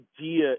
idea